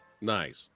Nice